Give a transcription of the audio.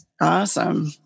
Awesome